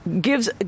gives